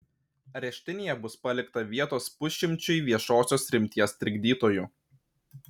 areštinėje bus palikta vietos pusšimčiui viešosios rimties trikdytojų